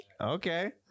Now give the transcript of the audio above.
Okay